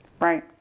Right